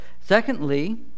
Secondly